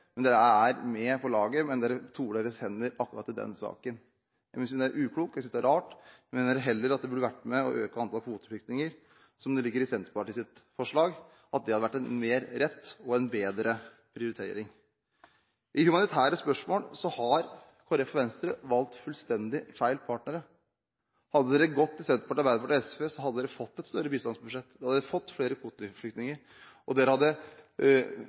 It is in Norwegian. Men de er med på laget og toer sine hender akkurat i den saken. Jeg synes det er uklokt. Jeg synes det er rart. De burde heller vært med på Senterpartiets forslag om å øke antall kvoteflyktninger. Det hadde vært en riktigere og bedre prioritering. I humanitære spørsmål har Kristelig Folkeparti og Venstre valgt fullstendig feil partnere. Hadde de gått til Senterpartiet, Arbeiderpartiet og SV, hadde de fått et større bistandsbudsjett. De hadde fått flere kvoteflyktninger, og de hadde